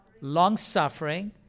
long-suffering